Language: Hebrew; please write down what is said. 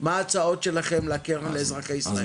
מה ההצעות שלהם לקרן לאזרחי ישראל.